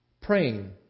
Praying